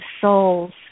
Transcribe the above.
souls